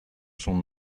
son